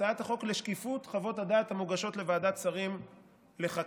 הצעת החוק לשקיפות חוות הדעת המוגשות לוועדת שרים לחקיקה.